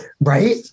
right